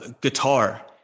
guitar